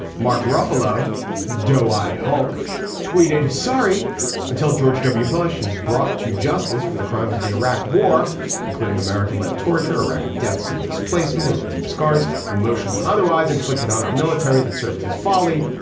mark ruffalo doe eyed hulk tweeted sorry until george w. bush is brought to justice for the crimes of the iraq war including american led torture iraqi deaths and displacement and the deep scars emotional and otherwise inflicted on our military that served his folly.